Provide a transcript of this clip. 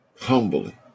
Humbly